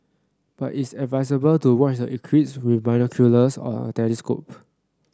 but it's advisable to watch the eclipse with binoculars or a telescope